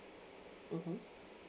mmhmm